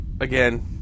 again